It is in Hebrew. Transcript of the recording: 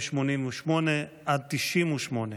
1988 ו-1998.